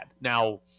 Now